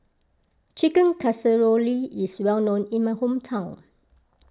Chicken Casserole is well known in my hometown